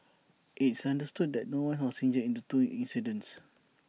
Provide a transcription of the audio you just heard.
it's understood that no one was injured in the two accidents